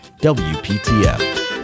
WPTF